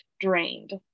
drained